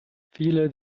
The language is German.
viele